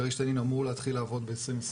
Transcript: כריש-תנין אמור להתחיל לעבוד ב-2022,